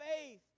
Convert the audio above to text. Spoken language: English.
faith